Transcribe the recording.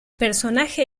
personaje